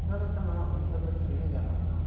ᱚᱱᱠᱟ ᱞᱮᱠᱟ ᱱᱚᱣᱟ ᱩᱭᱦᱟᱹᱨ ᱞᱮᱠᱷᱟᱱ ᱜᱮ ᱜᱟᱱᱚᱜᱼᱟ